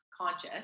conscious